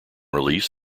release